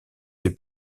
fait